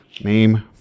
Name